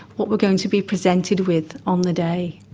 what we are going to be presented with on the day.